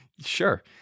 Sure